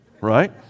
Right